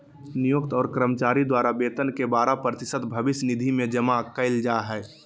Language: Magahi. नियोक्त और कर्मचारी द्वारा वेतन के बारह प्रतिशत भविष्य निधि में जमा कइल जा हइ